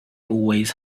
always